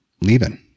leaving